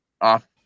off